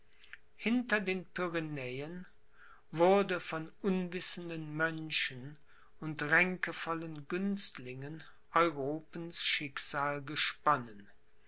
hinter den pyrenäen wurde von unwissenden mönchen und ränkevollen günstlingen europens schicksal gesponnen